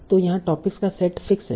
तो यहाँ टॉपिक्स का सेट फिक्स है